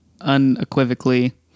unequivocally